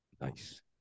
Nice